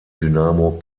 dynamo